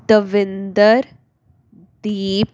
Davinder Deep